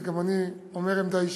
אז גם אני אומר עמדה אישית.